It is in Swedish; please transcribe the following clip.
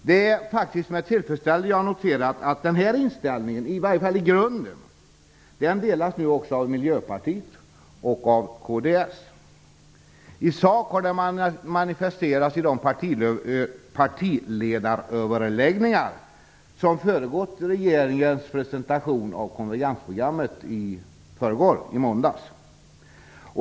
Det är med tillfredsställelse jag noterar att den här inställningen i varje fall i grunden också delas av Miljöpartiet och kds. I sak har den manifesterats i de partiledaröverläggningar som har föregått regeringens presentation av konvergensprogrammet i måndags.